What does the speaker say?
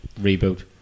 reboot